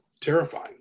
terrifying